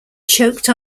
choked